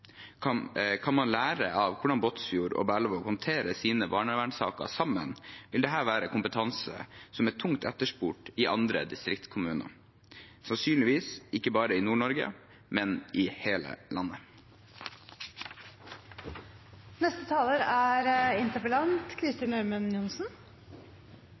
Kan man lære av hvordan Båtsfjord og Berlevåg håndterer sine barnevernssaker sammen? Vil dette være kompetanse som er tungt etterspurt i andre distriktskommuner? Sannsynligvis, ikke bare i Nord-Norge, men i hele landet. Jeg vil gjenta min takk for orientering fra statsråden. Det er